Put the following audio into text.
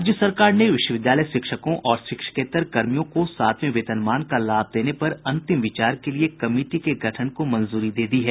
राज्य सरकार ने विश्वविद्यालय शिक्षकों और शिक्षकेत्तर कर्मियों को सातवें वेतनमान का लाभ देने पर अंतिम विचार के लिए कमिटी के गठन को मंजूरी दे दी है